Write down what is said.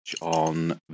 on